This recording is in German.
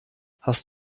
hast